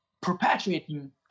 perpetuating